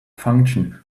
function